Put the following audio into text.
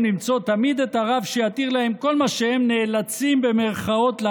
למצוא תמיד את הרב שיתיר להם כל מה שהם "נאלצים" לעשות,